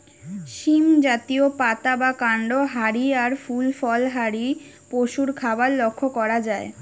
সীম জাতীয়, পাতা বা কান্ড হারি আর ফুল ফল হারি পশুর খাবার লক্ষ করা যায়